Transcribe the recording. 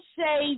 say